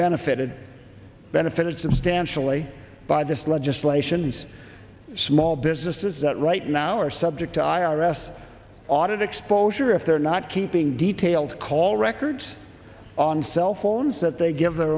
benefited benefits and stan shelly by this legislation these small businesses that right now are subject to i r s audit exposure if they're not keeping detailed call records on cell phones that they give their